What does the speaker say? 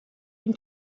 une